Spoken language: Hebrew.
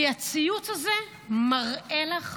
כי הציוץ הזה מראה לך